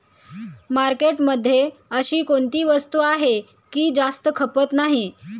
मार्केटमध्ये अशी कोणती वस्तू आहे की जास्त खपत नाही?